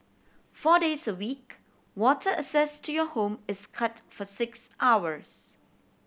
four days a week water access to your home is cut for six hours